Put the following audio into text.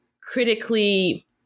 critically